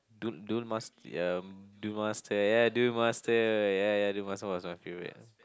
Duel Duel Mas~ um Duel-Master yeah Duel-Master yeah yeah Duel-Master was my favorite